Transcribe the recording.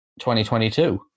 2022